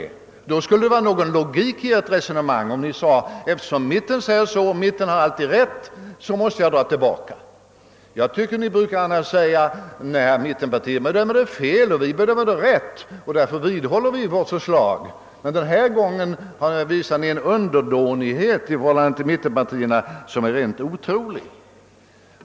Det skulle från Era utgångspunkter vara någon logik i Ert resonemang, om Ni fäste avgörande vikt vid mittenpartiernas uttryckssätt därför att Ni anser detta vara det riktiga. Annars brukar ni ju på regeringshåll anse att mittenpartierna bedömer saken felaktigt medan ni själva bedömer den rätt, och ni brukar därför vidhålla era förslag. I detta fall visar ni emellertid en underdånighet mot mittenpartierna som är rent otrolig.